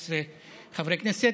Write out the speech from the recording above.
15 חברי כנסת.